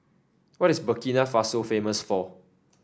what is Burkina Faso famous for